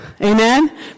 Amen